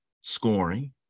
scoring